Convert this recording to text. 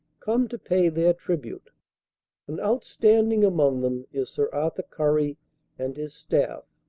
come to pay their tribute and outstanding among them is sir arthur currie and his staff,